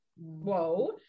whoa